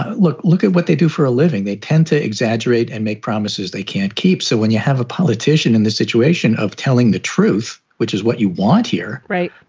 look look at what they do for a living. they tend to exaggerate and make promises they can't keep. so when you have a politician in this situation of telling the truth, which is what you want here. right.